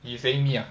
you saying me ah